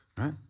right